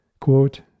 quote